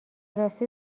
راستی